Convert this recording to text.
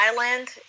island